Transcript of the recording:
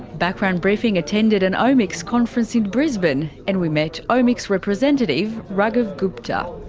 background briefing attended an omics conference in brisbane, and we met omics representative raghav gupta.